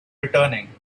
returning